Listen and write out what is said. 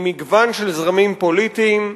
ממגוון של זרמים פוליטיים.